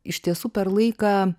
iš tiesų per laiką